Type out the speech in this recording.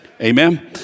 Amen